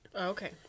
okay